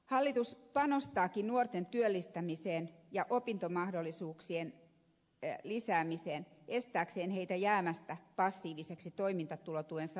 hallitus panostaakin nuorten työllistämiseen ja opintomahdollisuuksien lisäämiseen estääkseen heitä jäämästä passiivisiksi toimeentulotuen saajiksi